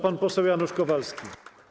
Pan poseł Janusz Kowalski.